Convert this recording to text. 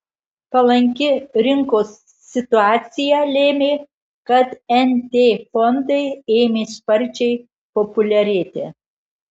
palanki rinkos situacija lėmė kad nt fondai ėmė sparčiai populiarėti